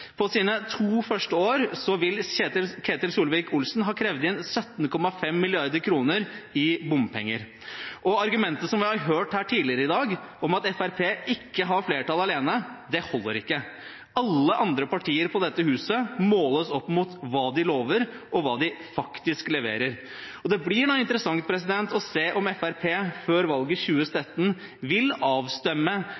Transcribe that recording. På sine to første år vil Ketil Solvik-Olsen ha krevd inn 17,5 mrd. kr i bompenger. Argumentet som vi har hørt her tidligere i dag, at Fremskrittspartiet ikke har flertall alene, holder ikke. Alle andre partier på dette huset måles opp mot hva de lover, og hva de faktisk leverer. Det blir interessant å se om Fremskrittspartiet før valget i 2017 vil avstemme